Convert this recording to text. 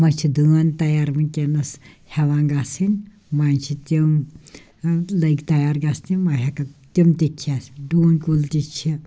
وۄنۍ چھِ دٲن تیار وٕنۍکٮ۪نَس ہٮ۪وان گژھٕنۍ منٛزٕ چھِ تِم لٔگۍ تیار گژھِ نہِ وۄنۍ ہٮ۪کَو تِم تہِ کھٮ۪تھ ڈوٗنۍ کُل تہِ چھِ